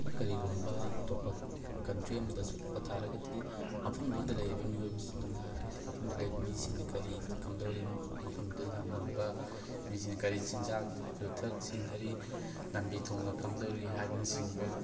ꯑꯩꯈꯣꯏꯅ ꯀꯔꯤꯒꯨꯝꯕ ꯑꯇꯣꯞꯄ ꯀꯟꯇ꯭ꯔꯤ ꯑꯃꯗ ꯆꯠꯄ ꯇꯥꯔꯒꯗꯤ ꯃꯐꯝꯗꯨꯗ ꯂꯩꯔꯤꯕ ꯃꯤꯑꯣꯏꯕꯁꯤꯡꯅ ꯃꯐꯝꯗꯨꯗ ꯂꯩꯔꯤꯕ ꯃꯤꯁꯤꯡꯅ ꯀꯔꯤ ꯀꯝꯗꯧꯔꯤ ꯃꯐꯝꯗꯨꯗ ꯍꯤꯡꯕ ꯃꯤꯁꯤꯅ ꯀꯔꯤ ꯆꯤꯟꯖꯥꯛ ꯌꯨꯊꯛ ꯁꯤꯖꯤꯟꯅꯔꯤ ꯂꯝꯕꯤ ꯊꯣꯡꯅ ꯀꯝꯗꯧꯔꯤ ꯍꯥꯏꯕꯅꯆꯤꯡꯕ